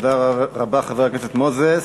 תודה רבה, חבר הכנסת מוזס.